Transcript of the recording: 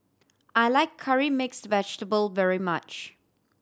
I like Curry Mixed Vegetable very much